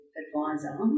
advisor